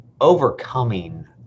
overcoming